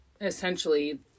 essentially